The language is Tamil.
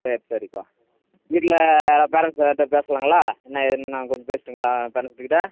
சரி சரிப்பா வீட்டில் யாராவது பேரண்ட்ஸ் யாராட்ட பேசலாங்களா என்ன ஏதுனு நாங்கள் கொஞ்சம் பேசட்டுங்களா பேரண்ட்ஸு கிட்டே